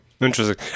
Interesting